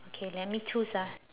K let me choose ah